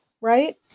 right